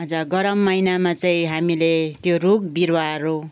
अझ गरम महिनामा चाहिँ हामीले त्यो रुख बिरुवाहरू